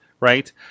right